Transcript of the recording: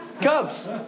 Cubs